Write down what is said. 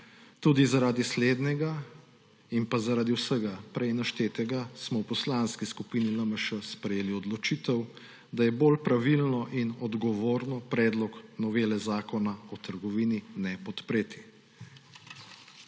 Tudi zaradi slednjega in zaradi vsega prej naštetega smo v Poslanski skupini LMŠ sprejeli odločitev, da je bolj pravilno in odgovorno predlog novele Zakona o trgovini nepodpreti.